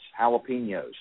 jalapenos